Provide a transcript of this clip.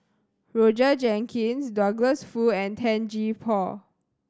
Roger Jenkins Douglas Foo and Tan Gee Paw